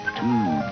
Two